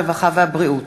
הרווחה והבריאות,